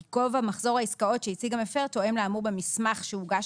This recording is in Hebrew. כי גובה מחזור העסקאות שהציג המפר תואם לאמור במסמך שהוגש